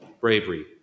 bravery